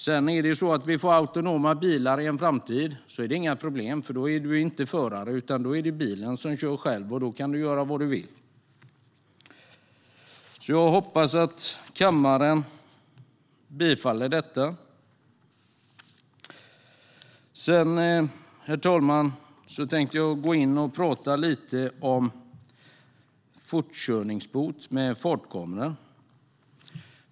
Får vi sedan autonoma bilar i framtiden är detta inget problem, för då är man inte förare; bilen kör själv, och då kan man göra vad man vill. Jag hoppas att kammaren bifaller detta. Herr talman! Jag tänkte prata lite om fortkörningsböter och fartkameror.